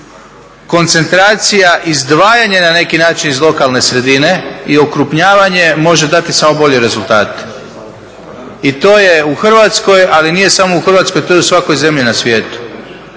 koncentracija, izdvajanje na neki način iz lokalne sredine i okrupnjavanje može dati samo bolje rezultate. I to je u Hrvatskoj ali nije samo u Hrvatskoj, to je u svakoj zemlji na svijetu.